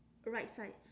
right side